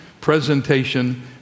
presentation